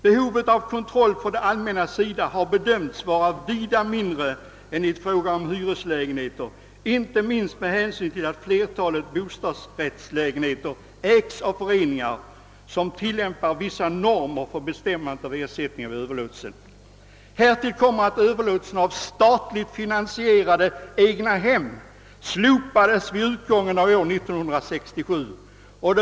Behovet av kontroll från det allmännas sida har bedömts vara vida mindre än i fråga om hyreslägenheter, inte minst med hänsyn till att flertalet bostadsrättslägenheter ägs av föreningar som tillämpar vissa normer för bestämmandet av ersättningen vid överlåtelse. Härtill kommer att överlåtelsen av statligt finansierade egnahem slopades vid utgången av år 1967.